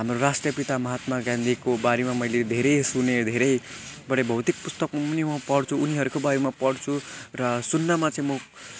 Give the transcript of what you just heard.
हाम्रो राष्ट्रपिता महात्मा गान्धीको बारेमा मैले धेरै सुनेँ धेरै पढेँ भौतिक पुस्तकमा पनि म पढ्छु उनीहरूको बारेमा पढ्छु र सुन्नमा चाहिँ म